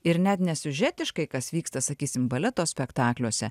ir net nesiužetiškai kas vyksta sakysim baleto spektakliuose